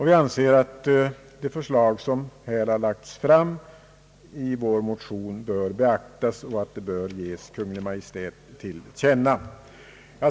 Vi anser att det förslag som här har lagts fram i vår motion bör beaktas och att detta bör ges Kungl. Maj:t till känna.